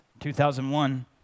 2001